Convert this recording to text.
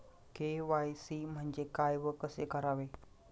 KYC म्हणजे काय व कसे करावे?